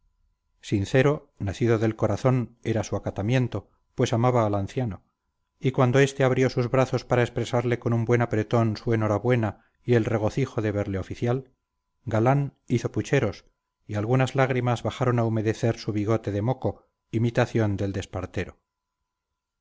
sincero nacido del corazón era su acatamiento pues amaba al anciano y cuando este abrió sus brazos para expresarle con un buen apretón su enhorabuena y el regocijo de verle oficial galán hizo pucheros y algunas lágrimas bajaron a humedecer su bigote de moco imitación del